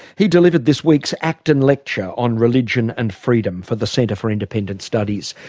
he delivered this week's acton lecture on religion and freedom for the centre for independent studies.